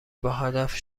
باهدف